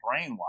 brainwashed